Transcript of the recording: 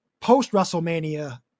Post-WrestleMania